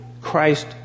Christ